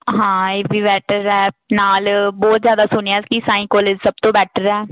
ਹਾਂ ਇਹ ਵੀ ਬੈਟਰ ਹੈ ਨਾਲ ਬਹੁਤ ਜ਼ਿਆਦਾ ਸੁਣਿਆ ਸੀ ਸਾਈ ਕਾਲਜ ਸਭ ਤੋਂ ਬੈਟਰ ਆ